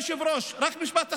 כבוד היושב-ראש, רק משפט אחרון.